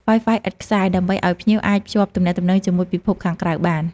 Wi-Fi ឥតខ្សែ ដើម្បីឲ្យភ្ញៀវអាចភ្ជាប់ទំនាក់ទំនងជាមួយពិភពខាងក្រៅបាន។